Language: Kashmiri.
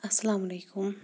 اَسَلامُ علیکُم